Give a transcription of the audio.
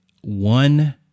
one